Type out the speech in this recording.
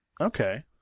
okay